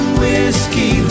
whiskey